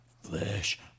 Flesh